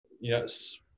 yes